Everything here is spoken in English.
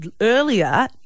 earlier